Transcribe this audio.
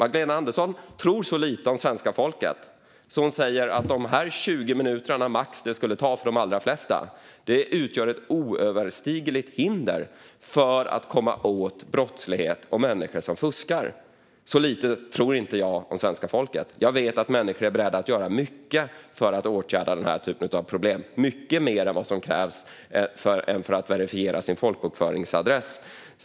Hon tror så lite om svenska folket att hon säger att de 20 minuter som det max skulle ta för de allra flesta utgör ett oöverstigligt hinder för att komma åt brottslighet och människor som fuskar. Så lite tror inte jag om svenska folket. Jag vet att människor är beredda att göra mycket för att åtgärda den här typen av problem, mycket mer än vad som krävs för att verifiera sin folkbokföringsadress.